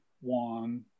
one